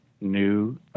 new